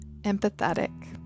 empathetic